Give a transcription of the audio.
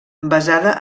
basada